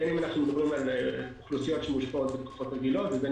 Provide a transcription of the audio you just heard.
בין אם אנחנו מדברים על אוכלוסיות שמושפעות בתקופות רגילות ובין